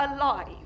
alive